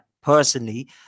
personally